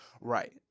Right